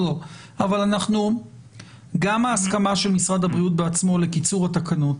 גם ההסכמה של משרד הבריאות בעצמו לקיצור התקנות